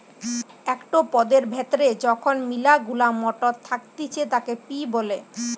একটো পদের ভেতরে যখন মিলা গুলা মটর থাকতিছে তাকে পি বলে